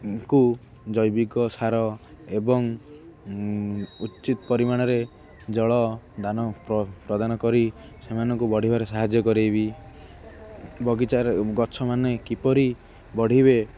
କୁ ଜୈବିକ ସାର ଏବଂ ଉଚିତ୍ ପରିମାଣରେ ଜଳଦାନ ପ୍ରଦାନ କରି ସେମାନଙ୍କୁ ବଢ଼ିବାରେ ସାହାଯ୍ୟ କରେଇବି ବଗିଚାରେ ଗଛମାନେ କିପରି ବଢ଼ିବେ